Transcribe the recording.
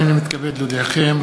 הנני מתכבד להודיעכם,